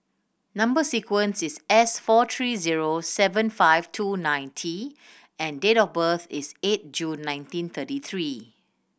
number sequence is S four three zero seven five two nine T and date of birth is eight June nineteen thirty three